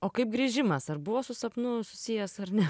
o kaip grįžimas ar buvo su sapnu susijęs ar ne